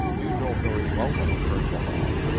you know very well what occurred, mamma.